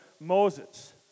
Moses